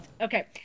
Okay